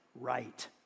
right